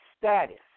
status